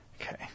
Okay